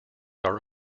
are